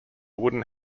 wooden